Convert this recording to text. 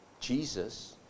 Jesus